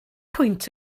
pwynt